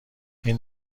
این